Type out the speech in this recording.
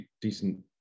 decent